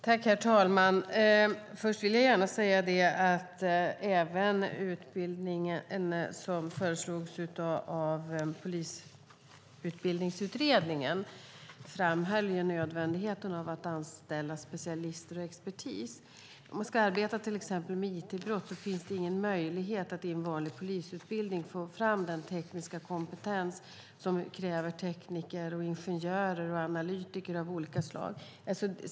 Herr talman! Även när det gäller den utbildning som föreslogs av Polisutbildningsutredningen framhölls nödvändigheten av att anställa specialister och expertis. Om man ska arbeta till exempel med it-brott finns det ingen möjlighet att i en vanlig polisutbildning få fram den tekniska kompetens som kräver tekniker, ingenjörer och analytiker av olika slag.